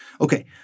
Okay